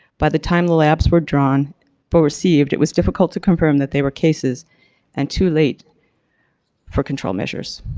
by the time the labs were drawn or but received it was difficult to confirm that there were cases and too late for control measures.